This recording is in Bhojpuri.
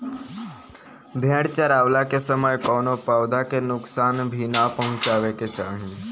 भेड़ चरावला के समय कवनो पौधा के नुकसान भी ना पहुँचावे के चाही